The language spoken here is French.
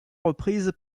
reprises